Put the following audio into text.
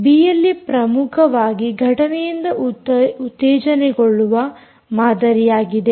BLE ಪ್ರಮುಖವಾಗಿ ಘಟನೆಯಿಂದ ಉತ್ತೇಜನಗೊಳ್ಳುವ ಮಾದರಿಯಾಗಿದೆ